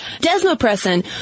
desmopressin